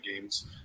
games